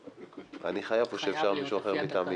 אני חייב או אפשר מישהו אחר במקומי?